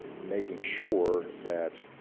making sure that,